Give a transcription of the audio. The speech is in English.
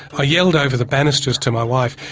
ah yelled over the banisters to my wife,